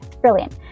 brilliant